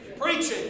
Preaching